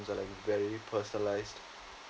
is like very personalized